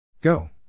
Go